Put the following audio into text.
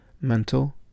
Mental